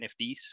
NFTs